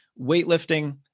weightlifting